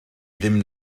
ddim